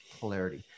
polarity